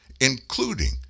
including